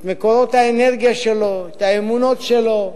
את מקורות האנרגיה שלו, את האמונות שלו,